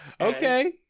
Okay